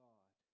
God